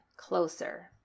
closer